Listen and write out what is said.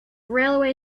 railway